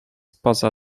poza